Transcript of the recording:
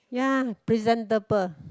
ya presentable